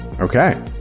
Okay